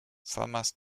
thomas